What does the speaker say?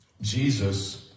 Jesus